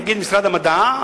נגיד משרד המדע,